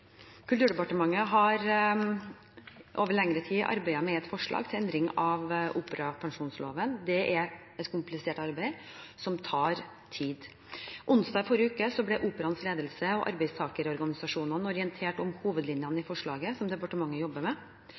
Kulturdepartementet har over lengre tid arbeidet med et forslag til endring av operapensjonsloven. Det er et komplisert arbeid, som tar tid. Onsdag i forrige uke ble Operaens ledelse og arbeidstakerorganisasjonene orientert om hovedlinjene i forslaget som departementet jobber med.